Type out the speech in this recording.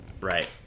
Right